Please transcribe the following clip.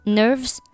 nerves